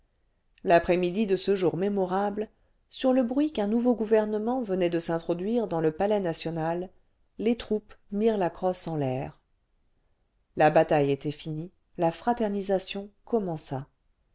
l'après-midi de ce jour mémorable sur le bruit qu'un nouveau gouvernement venait de s'introduire dans le palais national les troupes mirent la crosse en l'air la bataille était finie la fraternisation commença